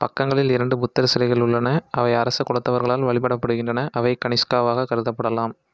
பக்கங்களில் இரண்டு புத்தர் சிலைகள் உள்ளன அவை அரச குலத்தவர்களால் வழிபடப்படுகின்றன அவை கனிஷ்காவாக கருதப்படலாம்